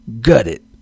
gutted